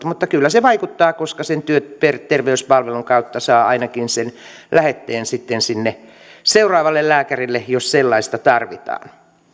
mutta kyllä se vaikuttaa koska sen työterveyspalvelun kautta saa ainakin sen lähetteen sitten sinne seuraavalle lääkärille jos sellaista tarvitaan